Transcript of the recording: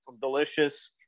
delicious